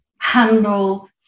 handle